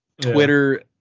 Twitter